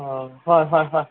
ꯑꯣ ꯍꯣꯏ ꯍꯣꯏ ꯍꯣꯏ